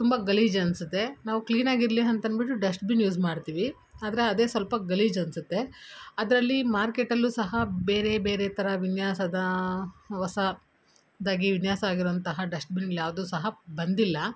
ತುಂಬ ಗಲೀಜು ಅನ್ಸುತ್ತೆ ನಾವು ಕ್ಲೀನಾಗಿ ಇರಲಿ ಅಂತನ್ಬಿಟು ಡಸ್ಟ್ಬಿನ್ ಯೂಸ್ ಮಾಡ್ತೀವಿ ಆದರೆ ಅದೇ ಸ್ವಲ್ಪ ಗಲೀಜು ಅನಿಸುತ್ತೆ ಅದರಲ್ಲೀ ಮಾರ್ಕೆಟಲ್ಲು ಸಹ ಬೇರೆ ಬೇರೆ ಥರ ವಿನ್ಯಾಸದಾ ಹೊಸದಾಗಿ ವಿನ್ಯಾಸ ಆಗಿರುವಂತಹ ಡಸ್ಟ್ಬಿನ್ ಯಾವುದೂ ಸಹ ಬಂದಿಲ್ಲ